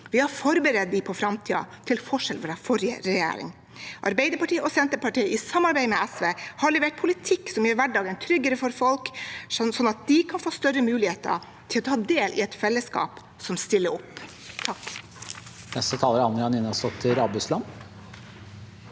Vi har forberedt dem på framtiden, til forskjell fra den forrige regjeringen. Arbeiderpartiet og Senterpartiet har i samarbeid med SV levert politikk som gjør hverdagen tryggere for folk, sånn at de kan få større muligheter til å ta del i et fellesskap som stiller opp. Anja